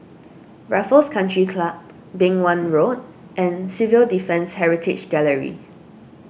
Raffles Country Club Beng Wan Road and Civil Defence Heritage Gallery